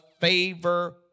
favor